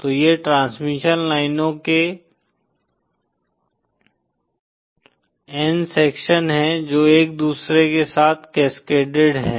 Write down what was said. तो ये ट्रांसमिशन लाइनों के n सेक्शन हैं जो एक दूसरे के साथ कास्केडेड है